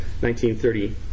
1930